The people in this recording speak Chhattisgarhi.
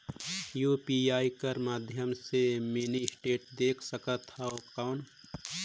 यू.पी.आई कर माध्यम से मिनी स्टेटमेंट देख सकथव कौन?